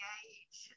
age